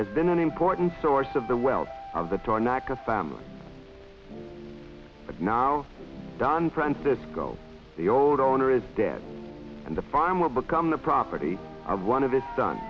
has been an important source of the wealth of the door not the family but now don francisco the old owner is dead and the farmer become the property of one of his son